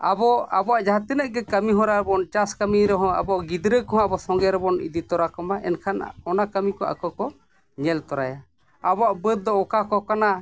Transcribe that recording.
ᱟᱵᱚ ᱟᱵᱚᱣᱟᱜ ᱡᱟᱦᱟᱸ ᱛᱤᱱᱟᱹᱜ ᱜᱮ ᱠᱟᱹᱢᱤ ᱦᱚᱨᱟ ᱵᱚᱱ ᱪᱟᱥ ᱠᱟᱹᱢᱤ ᱨᱮᱦᱚᱸ ᱟᱵᱚ ᱜᱤᱫᱽᱨᱟᱹ ᱠᱚᱦᱚᱸ ᱟᱵᱚ ᱥᱚᱸᱜᱮ ᱨᱮᱵᱚᱱ ᱤᱫᱤ ᱛᱚᱨᱟ ᱠᱚᱢᱟ ᱮᱱᱠᱷᱟᱱ ᱚᱱᱟ ᱠᱟᱹᱢᱤ ᱠᱚ ᱟᱠᱚᱠᱚ ᱧᱮᱞ ᱛᱚᱨᱟᱭᱟ ᱟᱵᱚᱣᱟᱜ ᱵᱟᱹᱫᱽ ᱫᱚ ᱚᱠᱟ ᱠᱚ ᱠᱟᱱᱟ